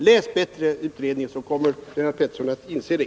Läs den utredningen bättre, Lennart Pettersson, så kommer ni att inse det!